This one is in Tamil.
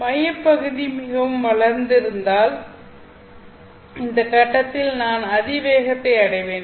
மையப் பகுதி மிகவும் வளர்ந்திருந்தால் இந்த கட்டத்தில் நான் அதிவேகத்தைத் அடைவேன்